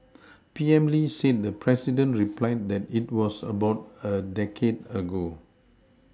P M Lee said the president replied that it was about a decade ago